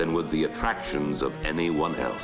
than with the attractions of anyone else